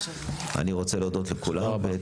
אני רוצה להודות לכולם.